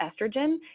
estrogen